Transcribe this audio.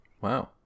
Wow